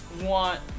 want